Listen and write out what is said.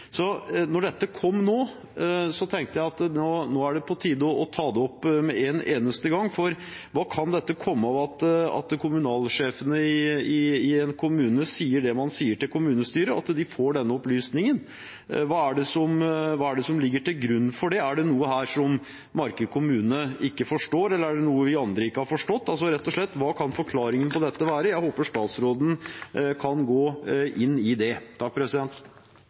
Så når det kom nå, tenkte jeg at nå er det på tide å ta det opp med en eneste gang. For hva kan det komme av at kommunalsjefen i en kommune sier det hun sier til kommunestyret, at de får denne opplysningen? Hva er det som ligger til grunn for det? Er det noe her som Marker kommune ikke forstår, eller er det noe vi andre ikke har forstått? Altså rett og slett: Hva kan forklaringen på dette være? Jeg håper statsråden kan gå inn i det.